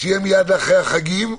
שיהיה מייד אחרי החגים,